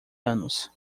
anos